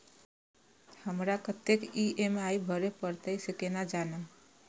हमरा कतेक ई.एम.आई भरें परतें से केना जानब?